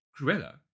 Cruella